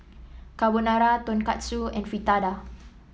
Carbonara Tonkatsu and Fritada